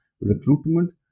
recruitment